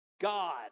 God